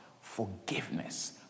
forgiveness